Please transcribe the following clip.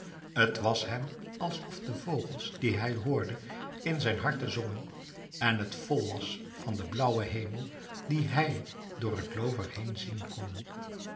t was hem alsof de vogels die hij hoorde in zijn harte zongen en het vol was van den blauwen hemel dien hij door het loover heen zien kon